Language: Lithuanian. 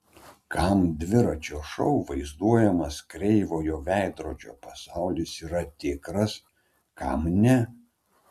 kam dviračio šou vaizduojamas kreivojo veidrodžio pasaulis yra tikras kam ne